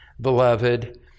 beloved